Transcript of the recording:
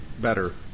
better